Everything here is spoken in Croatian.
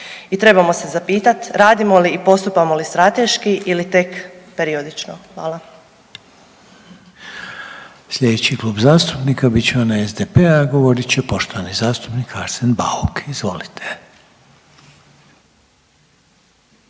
I trebamo se zapitat radimo li i postupamo li strateški ili tek periodično? Hvala. **Reiner, Željko (HDZ)** Sljedeći klub zastupnika bit će onaj SDP-a, a govorit će poštovani zastupnik Arsen Bauk. Izvolite.